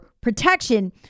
protection